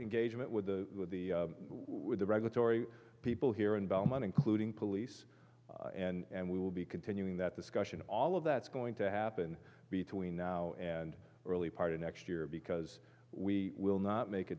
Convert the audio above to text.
engagement with the with the with the regulatory people here in belmont including police and we will be continuing that discussion all of that's going to happen between now and early part of next year because we will not make a